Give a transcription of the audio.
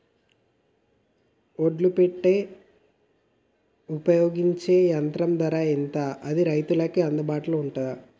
ఒడ్లు పెట్టే ఉపయోగించే యంత్రం ధర ఎంత అది రైతులకు అందుబాటులో ఉందా?